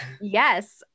Yes